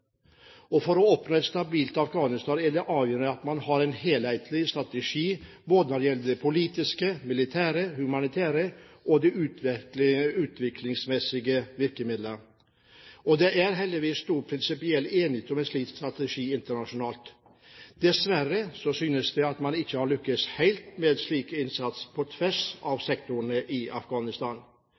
For å oppnå et stabilt Afghanistan er det avgjørende at man har en helhetlig strategi både når det gjelder politiske, militære, humanitære og utviklingsmessige virkemidler. Det er heldigvis stor prinsipiell enighet om en slik strategi internasjonalt. Dessverre synes det som man ikke har lyktes helt med slik innsats på tvers av sektorene i Afghanistan.